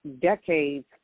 decades